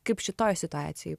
kaip šitoj situacijoj